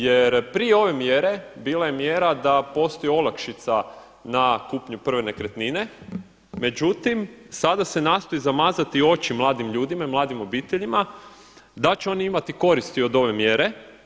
Jer prije ove mjere bila je mjera da postoji olakšica na kupnju prve nekretnine, međutim sada se nastoji zamazati oči mladim ljudima i mladim obiteljima, da će oni imati koristi od ove mjere.